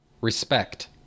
Respect